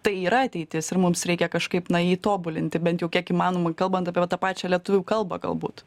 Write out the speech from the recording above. tai yra ateitis ir mums reikia kažkaip na jį tobulinti bent jau kiek įmanoma kalbant apie va tą pačią lietuvių kalba galbūt